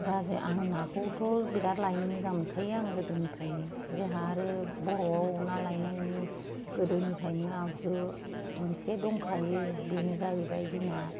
दा जों आं नाखौथ' बिरात लायनो मोजां मोनखायो आङो गोदोनिफ्रायनो जोंहा आरो बर'आव ना लायनायनि गोदोनिफ्रायनो आगजु मोनसे दंखायो बेनो जाहैबाय जोंना